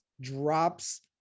drops